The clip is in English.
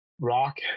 Rock